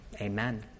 Amen